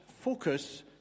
focus